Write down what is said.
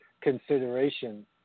consideration